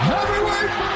heavyweight